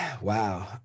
Wow